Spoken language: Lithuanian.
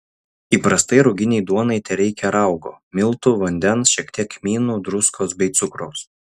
įprastai ruginei duonai tereikia raugo miltų vandens šiek tiek kmynų druskos bei cukraus